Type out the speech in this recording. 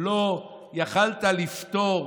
לא יכולת לפתור